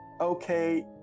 okay